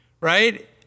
right